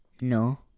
No